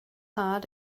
heart